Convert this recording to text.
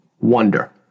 Wonder